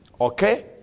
Okay